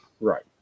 Right